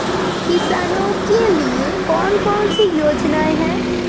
किसानों के लिए कौन कौन सी योजनाएं हैं?